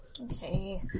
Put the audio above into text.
Okay